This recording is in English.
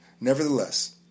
Nevertheless